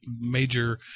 major